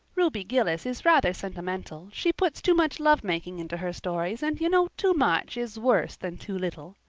ruby gillis is rather sentimental. she puts too much lovemaking into her stories and you know too much is worse than too little.